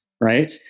right